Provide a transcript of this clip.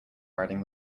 riding